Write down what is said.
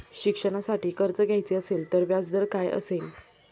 शिक्षणासाठी कर्ज घ्यायचे असेल तर व्याजदर काय असेल?